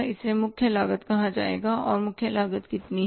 इसे मुख्य लागत कहा जाता है और मुख्य लागत कितनी है